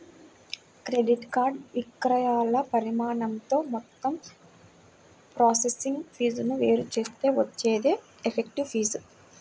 credit card విక్రయాల పరిమాణంతో మొత్తం ప్రాసెసింగ్ ఫీజులను వేరు చేస్తే వచ్చేదే ఎఫెక్టివ్ ఫీజు